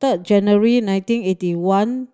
third January nineteen eighty one